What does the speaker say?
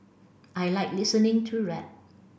I like listening to rap